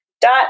Dot